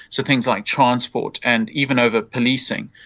so things like transport and even over policing.